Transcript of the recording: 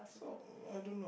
so I don't know